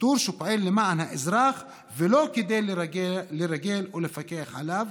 שיטור שפועל למען האזרח ולא כדי לרגל ולפקח עליו,